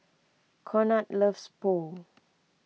Conard loves Pho